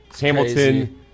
Hamilton